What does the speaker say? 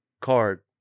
card